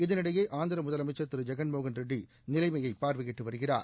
இதளிடையே ஆந்திர முதலமைச்சர் திரு ஜெகன் மோகன் ரெட்டி நிலைமையை பார்வையிட்டு வருகிறார்